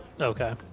Okay